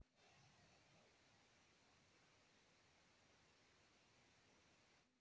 बढ़िया खेत मे सिंचाई होई उतने अच्छा आउर जल्दी फसल उगी